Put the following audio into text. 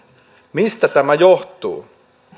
mistä tämä johtuu